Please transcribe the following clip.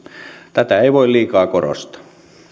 tätä ei voi liikaa korostaa